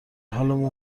حالمون